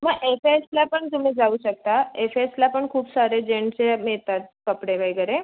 मग एस एसला पण तुम्ही जाऊ शकता एस एसला पण खूप सारे जेंट्सचे हे मिळतात कपडे वगैरे